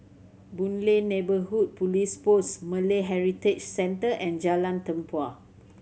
Boon Lay Neighbourhood Police Post Malay Heritage Centre and Jalan Tempua